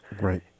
Right